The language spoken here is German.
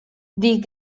die